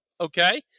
okay